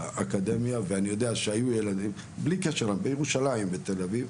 ואני יודע שהיו ילדים בירושלים או בתל אביב